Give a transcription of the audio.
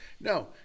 No